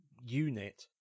unit